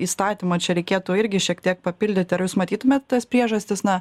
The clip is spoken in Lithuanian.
įstatymą čia reikėtų irgi šiek tiek papildyti ar jūs matytumėt tas priežastis na